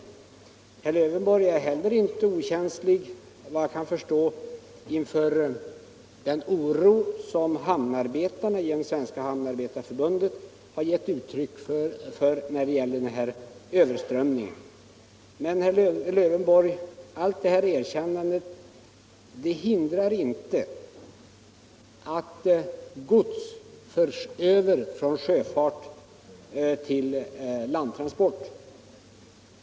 Vad jag kan förstå är herr Lövenborg heller inte okänslig för den oro som hamnarbetarna inom Svenska hamnarbetarförbundet har gett uttryck för beträffande denna överströmning. Herr Lövenborgs erkännande ändrar emellertid inte det faktum att godset övergår från sjötill landtransporter.